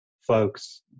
folks